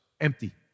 Empty